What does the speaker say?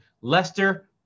Leicester